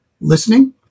listening